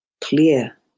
clear